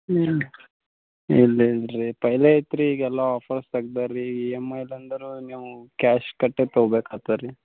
ಇಲ್ಲ ರೀ ಇಲ್ಲ ಇಲ್ಲ ರೀ ಪಹಿಲೇ ಇತ್ರಿ ಈಗೆಲ್ಲ ಆಫರ್ಸ್ ತೇಗ್ದಾರೆ ರೀ ಇ ಎಮ್ ಐ ಅಲ್ಲಿ ಅಂದರೂ ನೀವು ಕ್ಯಾಶ್ ಕಟ್ಟೇ ತೊಗೋಬೇಕಾಗ್ತದ್ ರೀ